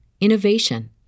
innovation